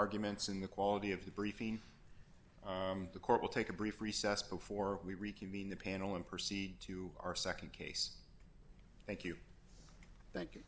arguments in the quality of the briefing the court will take a brief recess before we reconvene the panel and proceed to our nd case thank you thank you